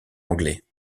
anglais